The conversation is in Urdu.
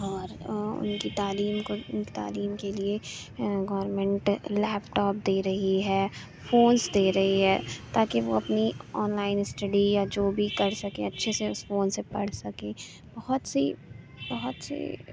اور ان کی تعلیم کو ان کی تعلیم کے لیے گورمینٹ لیپ ٹاپ دے رہی ہے فونس دے رہی ہے تاکہ وہ اپنی آن لائن اسٹڈی یا جو بھی کر سکیں اچھے سے اس فون سے پڑھ سکیں بہت سی بہت سی